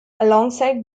alongside